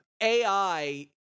ai